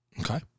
Okay